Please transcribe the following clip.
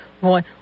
One